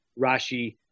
Rashi